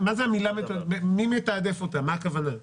מי מתעדף אותם, מה הכוונה?